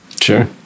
Sure